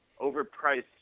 overpriced